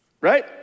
right